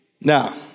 Now